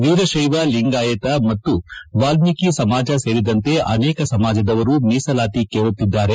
ವೀರಶೈವ ಲಿಂಗಾಯತ ಮತ್ತು ವಾಲ್ದೀಕಿ ಸಮಾಜ ಸೇರಿದಂತೆ ಅನೇಕ ಸಮಾಜದವರು ಮೀಸಲಾತಿ ಕೇಳುತ್ತಿದ್ದಾರೆ